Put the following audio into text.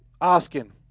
asking